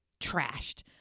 trashed